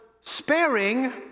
sparing